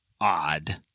odd